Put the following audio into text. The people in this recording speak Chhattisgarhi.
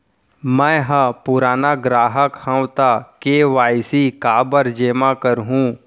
मैं ह पुराना ग्राहक हव त के.वाई.सी काबर जेमा करहुं?